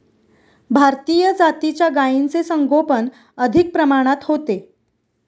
भारतीय जातीच्या गायींचे संगोपन अधिक प्रमाणात होते